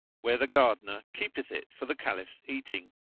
where the gardener keepeth it for the caliph's eating.